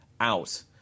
out